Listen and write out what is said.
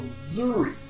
Missouri